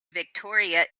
victoria